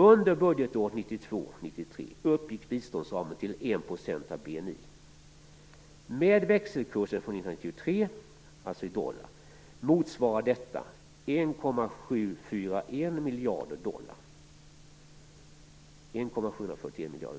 Under budgetåret 1992/93 1,741 miljarder